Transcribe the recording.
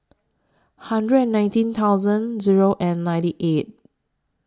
hundred and nineteen thousand Zero and ninety eight